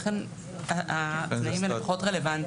לכן התנאים האלה פחות רלוונטיים.